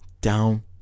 down